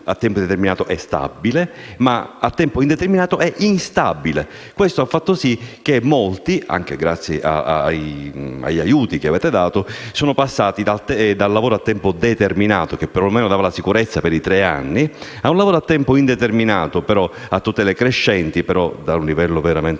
a tempo indeterminato e stabile, ma a tempo indeterminato e instabile. Questo ha fatto sì che molti, anche grazie agli aiuti che avete dato, sono passati dal lavoro a tempo determinato, che perlomeno dava sicurezza per tre anni, a un lavoro a tempo indeterminato, però a tutele crescenti, partendo da un livello veramente